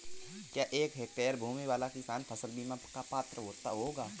क्या एक हेक्टेयर भूमि वाला किसान फसल बीमा का पात्र होगा?